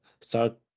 start